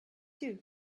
too